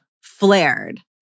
flared